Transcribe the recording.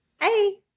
Hey